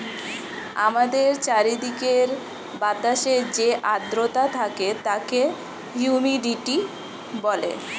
আমাদের চারিদিকের বাতাসে যে আর্দ্রতা থাকে তাকে হিউমিডিটি বলে